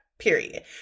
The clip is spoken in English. period